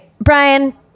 Brian